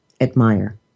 admire